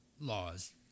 laws